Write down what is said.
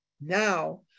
Now